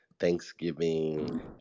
Thanksgiving